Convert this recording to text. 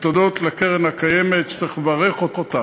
הודות לקרן קיימת, שצריך לברך אותה